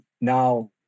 now